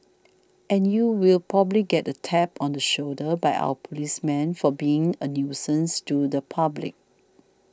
and you will probably get a tap on the shoulder by our policemen for being a nuisance to the public